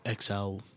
XL